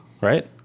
right